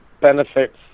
benefits